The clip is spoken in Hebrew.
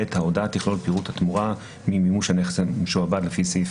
ההודעה תכלול פירוט התמורה מימוש הנכס המשועבד לפי סעיף